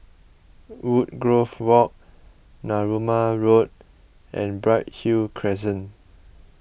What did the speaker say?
Woodgrove Walk Narooma Road and Bright Hill Crescent